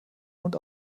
und